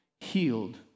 healed